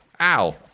Ow